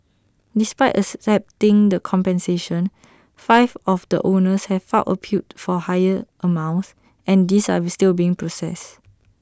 despite accepting the compensation five of the owners have filed appeals for higher amounts and these are still being processed